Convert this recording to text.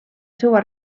seua